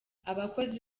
abakozi